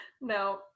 no